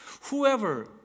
Whoever